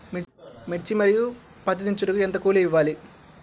మిర్చి మరియు పత్తి దించుటకు ఎంత కూలి ఇవ్వాలి?